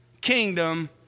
kingdom